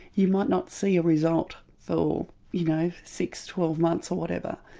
you might not see a result for you know six, twelve months or whatever,